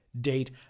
date